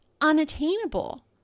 unattainable